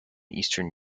eastern